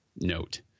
note